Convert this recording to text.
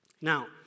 Now